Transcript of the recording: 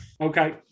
Okay